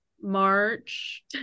March